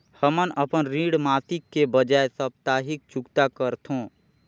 हमन अपन ऋण मासिक के बजाय साप्ताहिक चुकता करथों